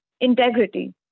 integrity